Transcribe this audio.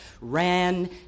Ran